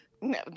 no